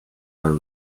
are